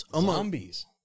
zombies